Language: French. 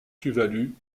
tuvalu